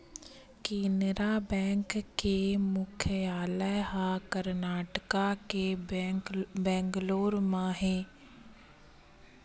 Canara bank के मुख्यालय ह करनाटक के बेंगलोर म हे